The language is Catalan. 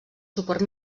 suport